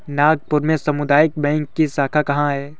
नागपुर में सामुदायिक बैंक की शाखा कहाँ है?